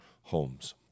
homes